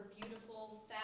beautiful